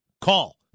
call